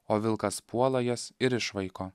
o vilkas puola jas ir išvaiko